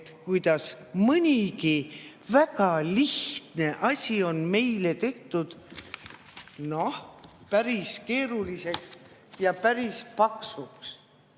kuidas mõnigi väga lihtne asi on meile tehtud päris keeruliseks ja päris paksuks